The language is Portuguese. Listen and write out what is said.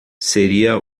seria